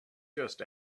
just